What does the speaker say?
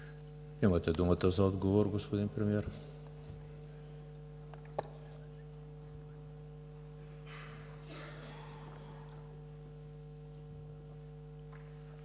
Имате думата за отговор, господин Вълчев.